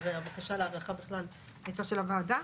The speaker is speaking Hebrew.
הרי הבקשה להארכה בכלל הייתה של הוועדה.